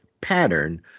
pattern